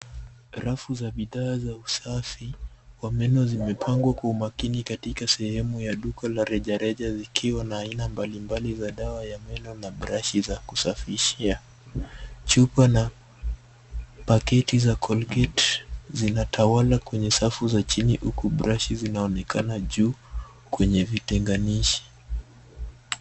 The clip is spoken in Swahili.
Rafu za bidhaa za usafi wa meno zimepangwa kwa umakini katika sehemu ya duka la rejareja zikiwa na aina mbalimbali za dawa ya meno na brashi za kusafishia. Chupa na paketi za colgate zinatawala kwenye safu za chini huku brashi zinaonekana juu kwenye vitenganishi.